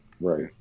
right